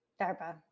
DARPA